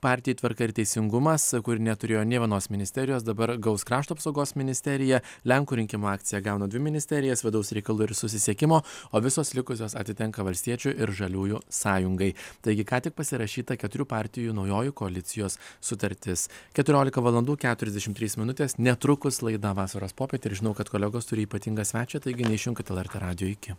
partijai tvarka ir teisingumas kuri neturėjo nė vienos ministerijos dabar gaus krašto apsaugos ministeriją lenkų rinkimų akcija gauna dvi ministerijas vidaus reikalų ir susisiekimo o visos likusios atitenka valstiečių ir žaliųjų sąjungai taigi ką tik pasirašyta keturių partijų naujoji koalicijos sutartis keturiolika valandų keturiasdešim trys minutės netrukus laida vasaros popietė ir žinau kad kolegos turi ypatingą svečią taigi neišjunkit lrt radijo iki